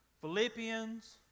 Philippians